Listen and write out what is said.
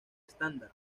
estándar